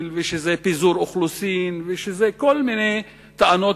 ושזה פיזור אוכלוסין ושזה כל מיני טענות,